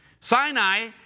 Sinai